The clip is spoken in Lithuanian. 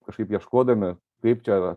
kažkaip ieškodami kaip čia